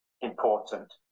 important